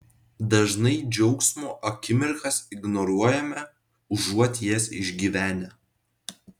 dažnai džiaugsmo akimirkas ignoruojame užuot jas išgyvenę